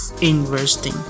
investing